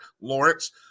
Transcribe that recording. Lawrence